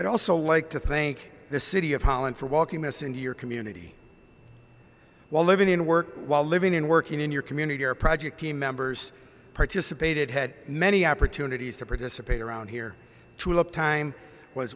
and also like to thank the city of holland for walking this into your community while living in work while living and working in your community or project team members participated had many opportunities to participate around here tulip time was